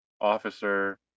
officer